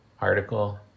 article